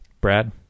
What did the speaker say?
Brad